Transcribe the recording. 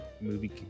movie